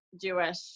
Jewish